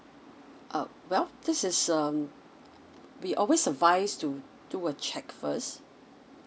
uh well this is um we always advise to do a check first